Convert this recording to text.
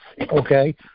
okay